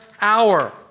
hour